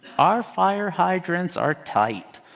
our fire hydrants are tight.